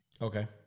Okay